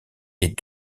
est